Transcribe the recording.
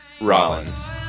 Rollins